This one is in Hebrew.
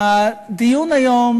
הדיון היום